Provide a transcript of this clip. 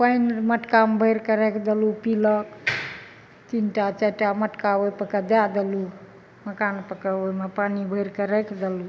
पानि मटकामे भरिकऽ राखि देलहुँ पिलक तीनटा चारिटा मटका ओइपर कऽ दए देलहुँ मकानपर के ओइमे पानि भरि कऽ राखि देलहुँ